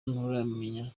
nturamenya